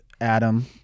Adam